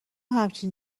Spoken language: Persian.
همچین